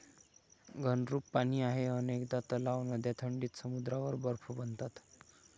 घनरूप पाणी आहे अनेकदा तलाव, नद्या थंडीत समुद्रावर बर्फ बनतात